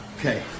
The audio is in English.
Okay